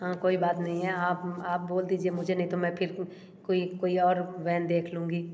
हाँ कोई बात नहीं हैं आप आप बोल दीजिए मुझे नहीं तो मैं फिर कोई कोई और वैन देख लूँगी